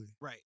Right